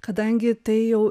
kadangi tai jau